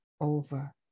over